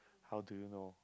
how do you know